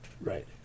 Right